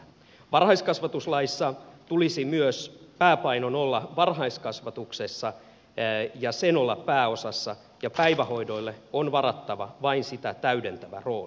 varhaiskasvatuslaissa tulisi myös pääpainon olla varhaiskasvatuksessa ja sen tulisi olla pääosassa ja päivähoidolle on varattava vain sitä täydentävä rooli